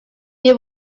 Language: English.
you